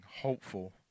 hopeful